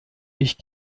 ich